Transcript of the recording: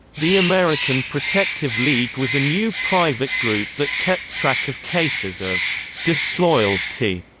the american protective league was a new private group that kept track of cases of disloyalty.